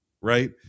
right